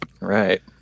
Right